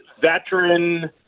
veteran